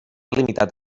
limitat